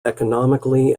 economically